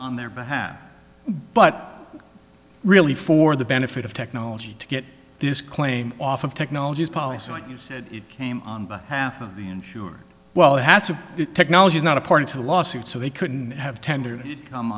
on their behalf but really for the benefit of technology to get this claim off of technologies policy like you said it came on behalf of the insured well has a new technologies not according to the lawsuit so they couldn't have t